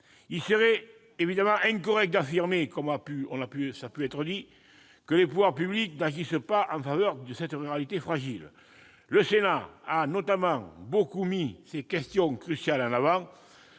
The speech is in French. Il serait évidemment incorrect d'affirmer, comme certains ont pu le faire, que les pouvoirs publics n'agissent pas en faveur de la ruralité fragile. Le Sénat a notamment beaucoup mis en avant ces questions cruciales.